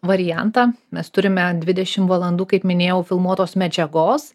variantą mes turime dvidešim valandų kaip minėjau filmuotos medžiagos